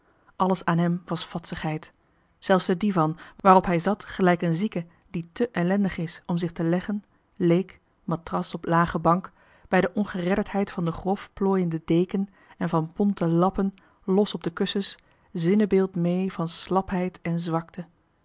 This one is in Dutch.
alles aan hem was vadsigheid zelfs de divan waarop hij zat gelijk een zieke die te ellendig is om zich te leggen leek matras op lage bank bij de ongeredderdheid van de grofplooiende deken en van bonte lappen los op de kussens zinnebeeld mee van slapheid en zwakte